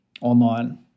online